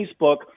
Facebook